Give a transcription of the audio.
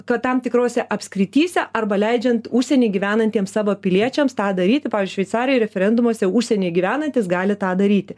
kad tam tikrose apskrityse arba leidžiant užsieny gyvenantiems savo piliečiams tą daryti pavyzdžiui šveicarijoj referendumuose užsieny gyvenantys gali tą daryti